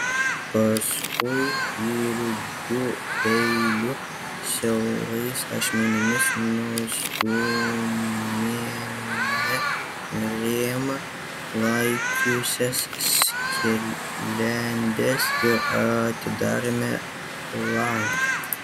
paskui ilgu peiliu siaurais ašmenimis nustūmėme rėmą laikiusias sklendes ir atidarėme langą